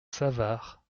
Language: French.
savart